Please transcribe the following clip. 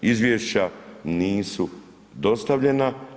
Izvješća nisu dostavljena.